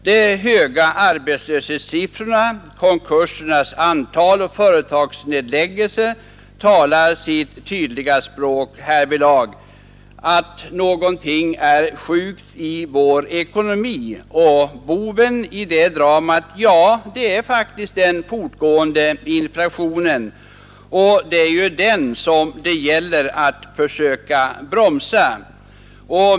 De höga arbetslöshetssiffrorna, konkursernas antal och företagsnedläggelserna talar sitt tydliga språk härvidlag: någonting är sjukt i vår ekonomi. Boven i det dramat är den fortgående inflationen, och det gäller att försöka bromsa den.